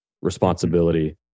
responsibility